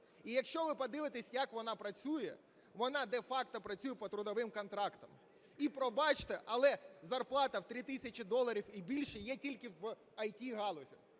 І якщо ви подивитесь, як вона працює, вона де-факто працює по трудових контрактах. І, пробачте, але зарплата в 3 тисячі доларів і більше є тільки в ІТ-галузі.